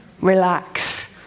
relax